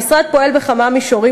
המשרד פועל בכמה מישורים,